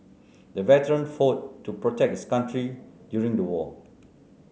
the veteran fought to protect his country during the war